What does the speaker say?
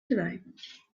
tonight